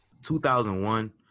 2001